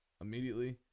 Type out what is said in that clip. immediately